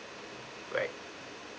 right